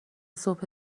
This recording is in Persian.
صبح